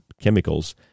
chemicals